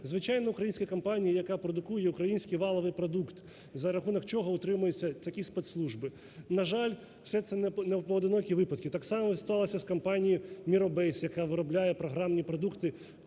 звичайні українська компанія, яка продукує український валовий продукт, за рахунок чого утримуються такі спецслужби. На жаль, все це непоодинокі випадки. Так само сталося з компанією "Мірабейс", яка виробляє програмні продукти